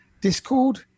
Discord